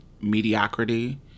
mediocrity